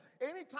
Anytime